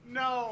no